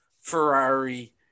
Ferrari